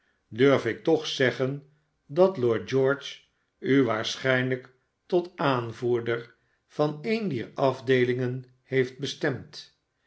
durf ik toch zeggen dat lord george u waarschijnlijk tot aanvoerder van een dier afdeelingen heeft bestemd